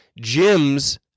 gyms